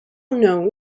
known